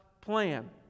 plan